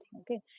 okay